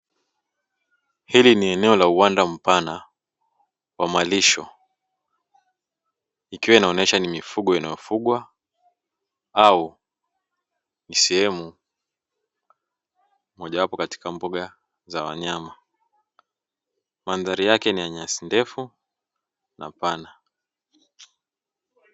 Hili ni eneo la uwanda mpana wa malisho, ikiwa inaonyesha ni mifugo inayofugwa au ni sehemu mojawapo katika mbuga za wanyama. Mandhari yake ni ya nyasi ndefu na pana.